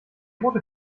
rote